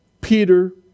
Peter